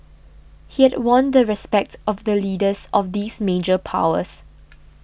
he had won the respect of the leaders of these major powers